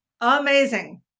Amazing